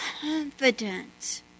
confident